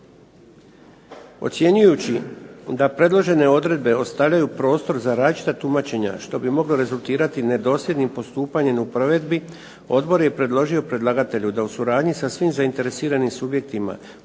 Ocjenjujući da predložene odredbe ostavljaju prostor za različita tumačenja što bi moglo rezultirati nedosljednim postupanjem u provedbi odbor je predložio predlagatelju da u suradnji sa svim zainteresiranim subjektima uvažavajući